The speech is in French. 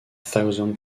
southern